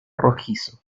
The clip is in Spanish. rojizo